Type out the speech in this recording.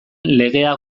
legea